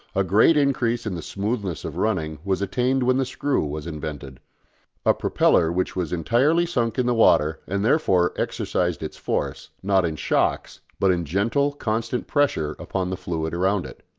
a great increase in the smoothness of running was attained when the screw was invented a propeller which was entirely sunk in the water and therefore exercised its force, not in shocks, but in gentle constant pressure upon the fluid around it.